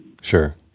Sure